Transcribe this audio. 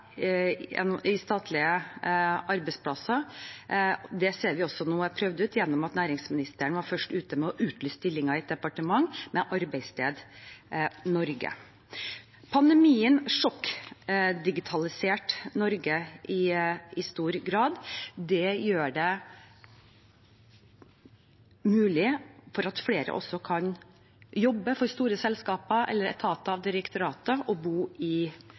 i statlige arbeidsplasser. Det ser vi også nå er prøvd ut med at næringsministeren var første ute med å utlyse stillinger i et departement med arbeidssted Norge. Pandemien sjokkdigitaliserte Norge i stor grad. Det gjør det mulig at flere også kan jobbe for store selskaper eller etater og direktorater og bo i